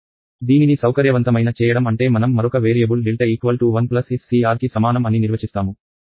దీనిని సౌకర్యవంతమైన చేయడం అంటే మనం మరొక వేరియబుల్ δ1SCR కి సమానం అని నిర్వచిస్తాము